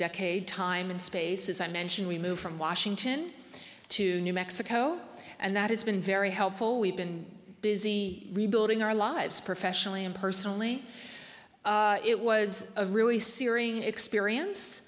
decade time and space as i mentioned we moved from washington to new mexico and that has been very helpful we've been busy rebuilding our lives professionally and personally it was a really searing experience